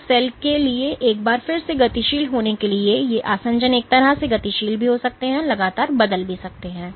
तो सेल के लिए एक बार फिर से गतिशील होने के लिए ये आसंजन एक तरह से गतिशील भी होते हैं जो लगातार बदलते रहते हैं